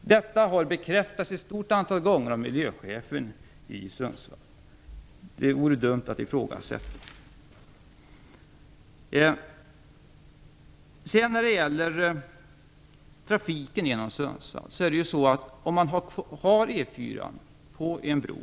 Detta har bekräftats ett stort antal gånger av miljöchefen i Sundsvall, så det vore dumt att ifrågasätta de uppgifterna. Om man leder E 4 på en bro